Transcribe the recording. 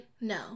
No